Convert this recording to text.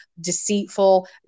deceitful